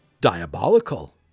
diabolical